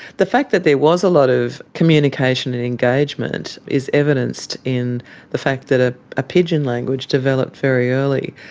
the fact that there was a lot of communication and engagement is evidenced in the fact that ah a pidgin language developed very early.